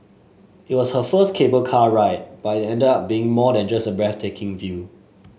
it was her first cable car ride but it ended up being more than just a breathtaking view